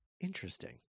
Interesting